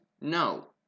No